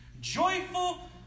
joyful